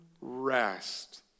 rest